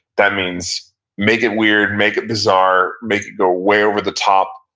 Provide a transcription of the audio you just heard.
that means make it weird, make it bizarre, make it go way over the top,